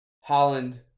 Holland